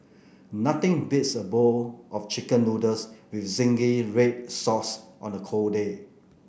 nothing beats a bowl of chicken noodles with zingy red sauce on a cold day